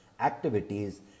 activities